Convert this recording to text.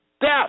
death